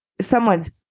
someone's